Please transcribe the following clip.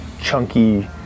chunky